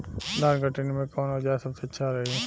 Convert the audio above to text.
धान कटनी मे कौन औज़ार सबसे अच्छा रही?